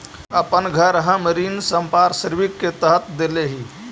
अपन घर हम ऋण संपार्श्विक के तरह देले ही